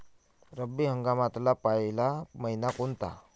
रब्बी हंगामातला पयला मइना कोनता?